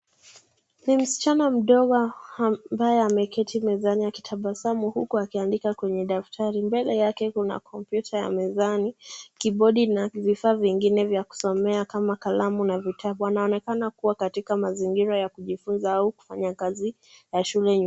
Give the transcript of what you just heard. Ni msichana mdogo ambaye ameketi mezani akitabasamu huku akiandika kwenye daftari. Mbele yake kuna kompyuta ya mezani, kibodi na vifaa vingine vya kusomea kama kalamu na vitabu. Wanaonekana kuwa katika mazingira ya kujifunza au kufanya kazi ya shule.